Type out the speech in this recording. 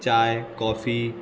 Chai coffee